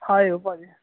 ਹਾਏ ਓ ਭਾਜੀ